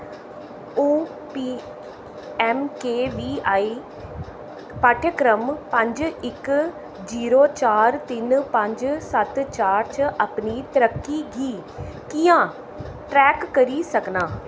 आ'ऊं P M K V I पाठ्यक्रम पंज इक जीरो चार तिन पंज सत्त चार च अपनी तरक्की गी कि'यां ट्रैक करी सकनां